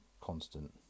constant